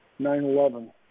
9-11